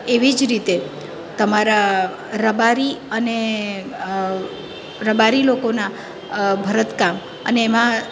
એવી જ રીતે તમારા રબારી અને રબારી લોકોના ભરતકામ અને એમાં